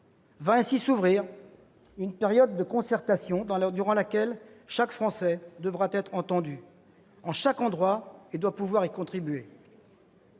ainsi une période de concertation durant laquelle chaque Français devra être entendu. En chaque endroit, on doit pouvoir y contribuer.